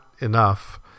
enough